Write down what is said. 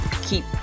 keep